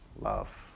love